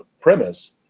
premise